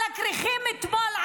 על הכיסויים אתמול,